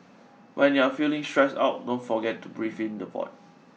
when you are feeling stressed out don't forget to breathe into the void